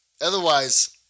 Otherwise